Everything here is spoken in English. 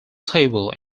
table